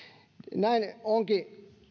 näin onkin